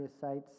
sites